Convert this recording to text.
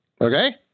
Okay